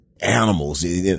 animals